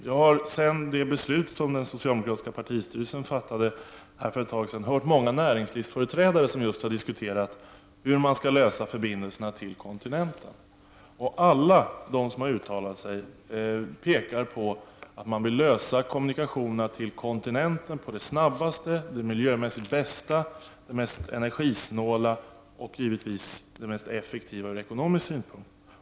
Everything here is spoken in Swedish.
Jag har efter det beslut som den socialdemokratiska partistyrelsen fattade för ett tag sedan hört många näringslivsföreträdare diskutera hur man skall lösa frågan om förbindelserna till kontinenten. Alla de som har uttalat sig vill att kommunikationerna till kontinenten utformas på det snabbaste, miljömässigt bästa, det mest energisnåla och givetvis det mest effektiva sättet ur ekonomisk synpunkt.